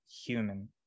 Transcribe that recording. human